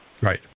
Right